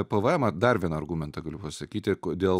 pvmą dar vieną argumentą galiu pasakyti kodėl